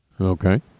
Okay